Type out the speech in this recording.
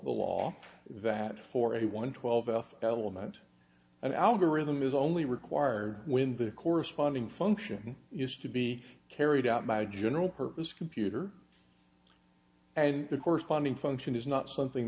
a law that for a one twelve f element an algorithm is only required when the corresponding function is to be carried out by a general purpose computer and the corresponding function is not something